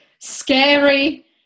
scary